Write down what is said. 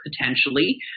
potentially